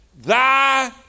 Thy